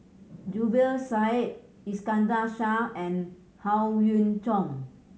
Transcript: Zubir Said Iskandar Shah and Howe Yoon Chong